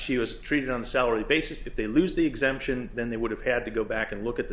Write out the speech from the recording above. she was treated on a salary basis if they lose the exemption then they would have had to go back and look at